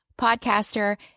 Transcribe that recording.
podcaster